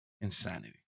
insanity